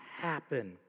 happen